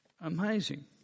amazing